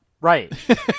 Right